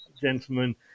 gentlemen